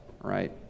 right